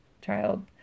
child